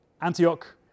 Antioch